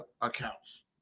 accounts